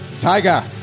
Tiger